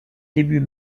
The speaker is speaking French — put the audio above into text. début